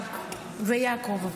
ויצחק ויעקב.